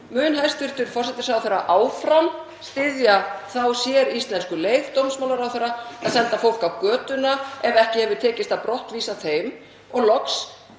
Mun hæstv. forsætisráðherra áfram styðja þá séríslensku leið dómsmálaráðherra að senda fólk á götuna ef ekki hefur tekist að brottvísa því? Og loks: